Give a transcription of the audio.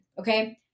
Okay